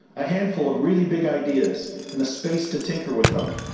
a handful of really big ideas and the space to tinker with them,